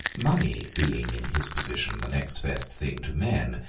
money being, in his position, the next best thing to men,